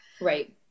Right